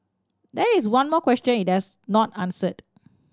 that is one more question it has not answered